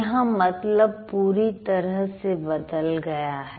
यहां मतलब पूरी तरह से बदल गया है